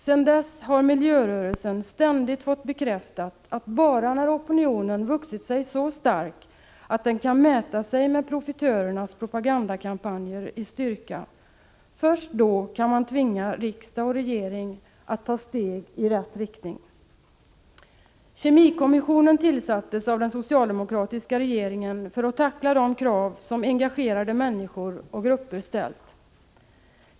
Sedan dess har miljörörelsen ständigt fått bekräftat att det är först när opinionen vuxit sig så stark att den kan mäta sig i styrka med profitörernas propagandakampanjer som man kan tvinga riksdag och regering att ta steg i rätt riktning. Kemikommissionen tillsattes av den socialdemokratiska regeringen för att tackla de krav som engagerade människor och grupper ställt.